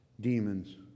demons